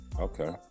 okay